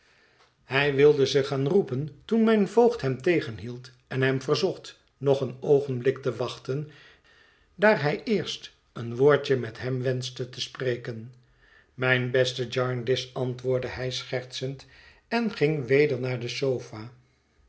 hij wilde ze gaan roepen toen mijn voogd hem tegenhield en hem verzocht nog een oogenblik te wachten daar hij eerst een woordje met hem wenschte te spreken mijn beste jarndyce antwoordde hij schertsend en ging weder naar de sofa